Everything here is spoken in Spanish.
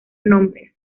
nombres